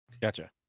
Gotcha